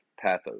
pathos